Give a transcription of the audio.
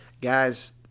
guys